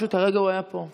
פשוט הרגע הוא היה פה.